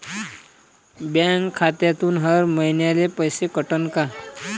Bank खात्यातून हर महिन्याले पैसे कटन का?